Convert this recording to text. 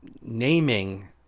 naming